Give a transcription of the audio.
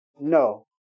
No